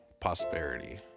prosperity